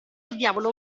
diavolo